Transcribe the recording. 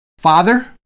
Father